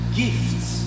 gifts